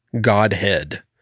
Godhead